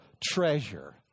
treasure